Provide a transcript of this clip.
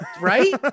right